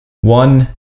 one